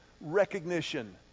recognition